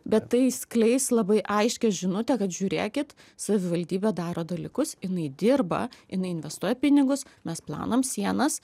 bet tai skleis labai aiškią žinutę kad žiūrėkit savivaldybė daro dalykus jinai dirba jinai investuoja pinigus mes plaunam sienas